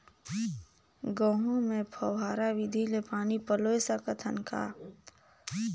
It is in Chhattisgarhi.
गहूं मे फव्वारा विधि ले पानी पलोय सकत हन का?